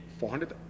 400